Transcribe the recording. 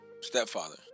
Stepfather